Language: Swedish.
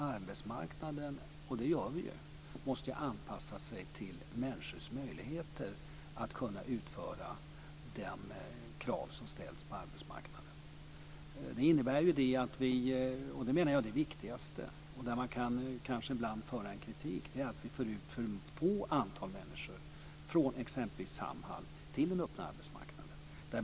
Arbetsmarknaden måste ju anpassa sig till människors möjligheter att uppfylla de krav som ställs. Det som det kanske finns anledning att kritisera är att det förs ut ett för litet antal människor från t.ex. Samhall till den öppna arbetsmarknaden.